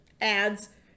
ads